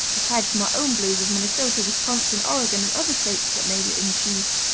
aside from our own blues of minnesota, wisconsin, oregon and other states that major in cheese.